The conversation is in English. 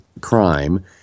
crime